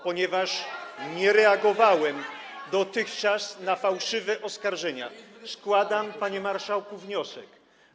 Ponieważ nie reagowałem dotychczas na fałszywe oskarżenia, składam, panie marszałku, wniosek.